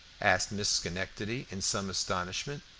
asked miss schenectady, in some astonishment.